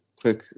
quick